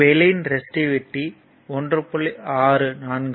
வெள்ளியின் ரெசிஸ்டிவிட்டி 1